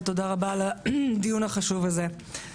ותודה רבה על הדיון החשוב הזה.